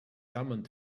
summoned